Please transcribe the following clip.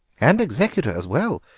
and executor as well.